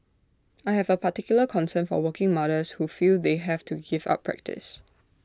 I have A particular concern for working mothers who feel they have to give up practice